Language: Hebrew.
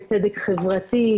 של צדק חברתי.